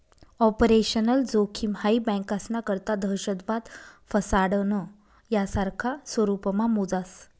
operational जोखिम हाई बँकास्ना करता दहशतवाद, फसाडणं, यासारखा स्वरुपमा मोजास